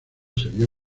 sería